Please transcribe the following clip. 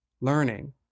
learning